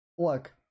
Look